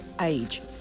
Age